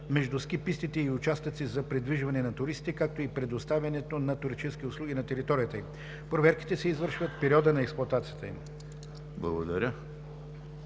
между ски пистите и участъци за придвижване на туристите, както и предоставянето на туристически услуги на територията им. Проверките се извършват в периода на експлоатацията им.“